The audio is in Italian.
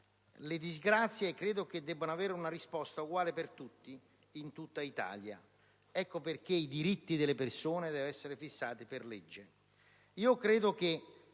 le disgrazie debbano avere una risposta uguale per tutti, in tutta Italia. Ecco perché i diritti delle persone devono essere fissati per legge.